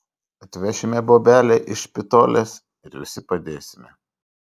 atvešime bobelę iš špitolės ir visi padėsime